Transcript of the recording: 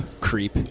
creep